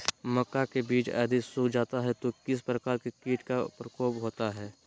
मक्का के बिज यदि सुख जाता है तो किस प्रकार के कीट का प्रकोप होता है?